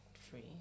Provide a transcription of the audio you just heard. three